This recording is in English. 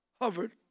hovered